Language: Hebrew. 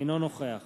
אינו נוכח